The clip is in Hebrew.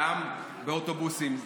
גם באוטובוסים,